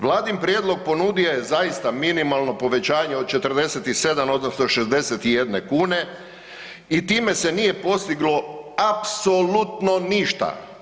Vladin prijedlog ponudio je zaista minimalno povećanje od 47 odnosno od 61 kn i time se nije postiglo apsolutno ništa.